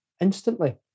instantly